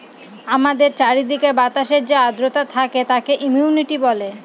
আমাদের চারিদিকের বাতাসে যে আদ্রতা থাকে তাকে হিউমিডিটি বলে